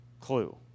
clue